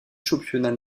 championnats